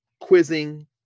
quizzing